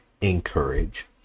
encourage